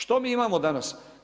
Što mi imamo danas?